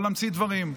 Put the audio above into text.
לא להמציא דברים,